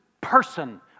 person